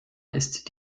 ist